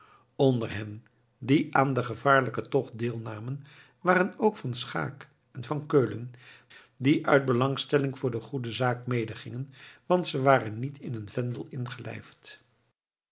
onder hen die aan den gevaarlijken tocht deelnamen waren ook van schaeck en van keulen die uit belangstelling voor de goede zaak medegingen want ze waren niet in een vendel